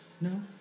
No